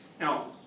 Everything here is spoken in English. Now